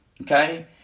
okay